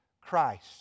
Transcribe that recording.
Christ